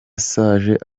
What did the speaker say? saga